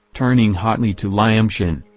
turning hotly to lyamshin.